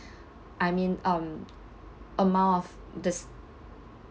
I mean um amount of this